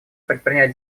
предпринять